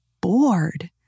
bored